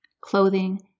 clothing